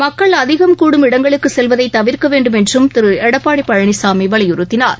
மக்கள் அதிகம் கூடும் இடங்களுக்கு செல்வதை தவிர்க்க வேண்டும் என்றும் திரு எடப்பாடி பழனிசாமி வலியுறுத்தினார்